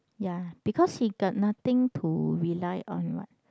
ya because he got nothing to rely on what